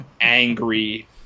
angry